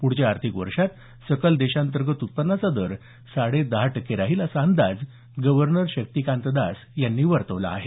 प्ढच्या आर्थिक वर्षात सकल देशांतर्गत उत्पन्नाचा दर साडे दहा टक्के राहील असा अंदाज गव्हर्नर शक्तिकांत दास यांनी वर्तवला आहे